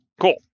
Cool